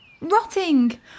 Rotting